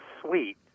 suite